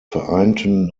vereinten